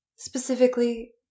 Specifically